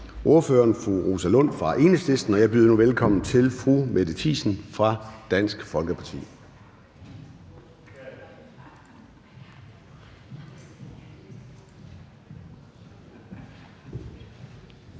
ordføreren, fru Rosa Lund fra Enhedslisten. Jeg byder nu velkommen til fru Mette Thiesen fra Dansk Folkeparti.